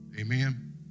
Amen